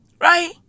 right